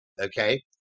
Okay